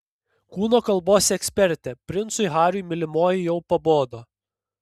kūno kalbos ekspertė princui hariui mylimoji jau pabodo